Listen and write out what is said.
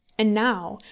and now,